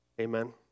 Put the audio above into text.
Amen